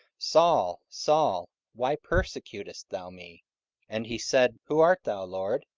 saul, saul, why persecutest thou me and he said, who art thou, lord?